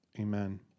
amen